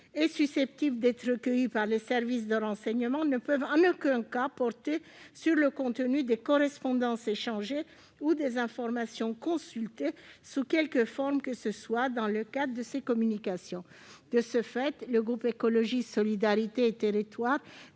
et susceptibles d'être recueillies par les services de renseignement « ne peuvent en aucun cas porter sur le contenu des correspondances échangées ou des informations consultées, sous quelque forme que ce soit, dans le cadre de ces communications ». De ce fait, le groupe Écologiste - Solidarité et Territoires